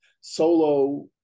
solo